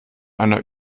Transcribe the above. einer